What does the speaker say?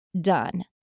done